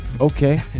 Okay